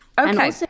Okay